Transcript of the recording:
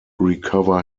recover